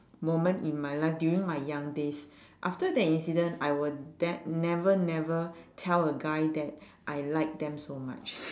moment in my life during my young days after that incident I will de~ never never tell a guy that I like them so much